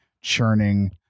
churning